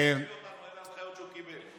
הוא מוציא אותנו, אלה ההנחיות שהוא קיבל.